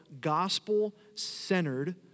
gospel-centered